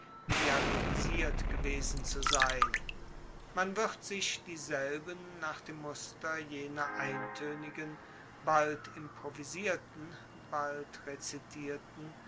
dialogisiert gewesen zu sein man wird sich dieselben nach dem muster jener eintoenigen bald improvisierten bald rezitierten